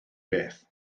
beth